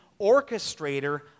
orchestrator